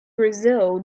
brazil